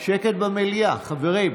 שקט במליאה, חברים.